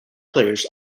players